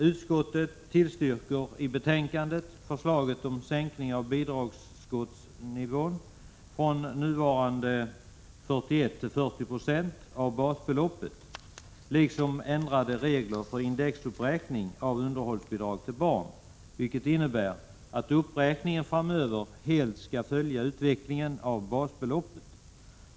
Utskottet tillstyrker i betänkandet förslaget om en sänkning av bidragsförskottsnivån från nuvarande 41 96 till 40 96 av basbeloppet liksom förslaget om ändrade regler för indexuppräkning av underhållsbidrag till barn, vilket innebär att uppräkningen framöver helt skall följa utvecklingen av basbeloppet.